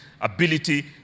ability